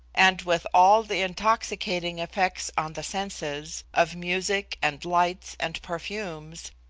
and with all the intoxicating effects on the senses, of music and lights and perfumes,